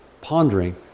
pondering